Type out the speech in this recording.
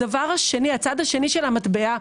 הצד השני של המטבע,